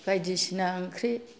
बायदिसिना ओंख्रि